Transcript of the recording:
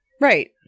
Right